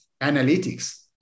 analytics